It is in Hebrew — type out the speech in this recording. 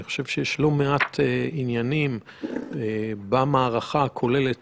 אני חושב שיש לא מעט עניינים במערכה הכוללת